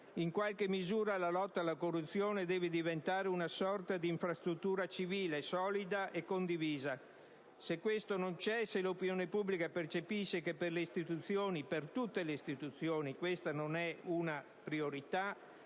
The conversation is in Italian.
In qualche misura la lotta alla corruzione deve diventare una sorta di infrastruttura civile, solida e condivisa. Se ciò non avviene e se l'opinione pubblica percepisce che per tutte le istituzioni questa non è una priorità